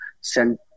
send